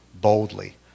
boldly